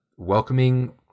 welcoming